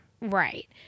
Right